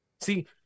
See